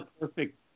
perfect